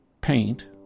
paint